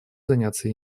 заняться